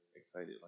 excited